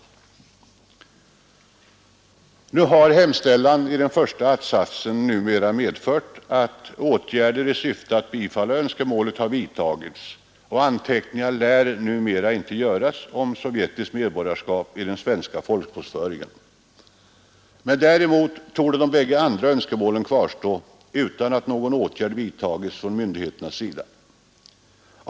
Nu har hemställan i den första attsatsen medfört att åtgärder i syfte att bifalla önskemålet vidtagits. Anteckning lär numera inte göras om sovjetiskt medborgarskap i den svenska folkbokföringen. Däremot torde de bägge andra önskemålen kvarstå, utan att någon åtgärd vidtagits från myndigheternas sida.